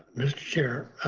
mr. chair,